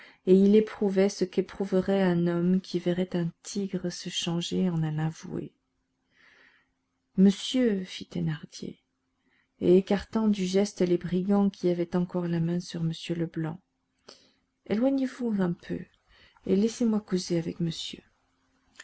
et il éprouvait ce qu'éprouverait un homme qui verrait un tigre se changer en un avoué monsieur fit thénardier et écartant du geste les brigands qui avaient encore la main sur m leblanc éloignez-vous un peu et laissez-moi causer avec monsieur